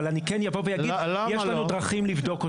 אני אומר שיש לנו דרכים לבדוק אותם.